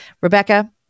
Rebecca